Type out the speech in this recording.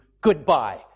Goodbye